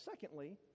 secondly